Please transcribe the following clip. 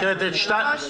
הקראת את (2)